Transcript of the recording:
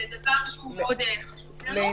זה דבר שמאוד חשוב לנו.